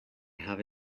have